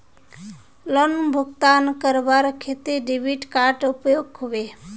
Loan भुगतान करवार केते डेबिट कार्ड उपयोग होबे?